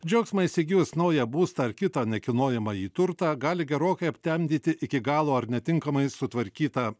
džiaugsmą įsigijus naują būstą ar kitą nekilnojamąjį turtą gali gerokai aptemdyti iki galo ar netinkamai sutvarkytą